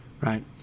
Right